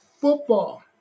football